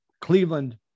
Cleveland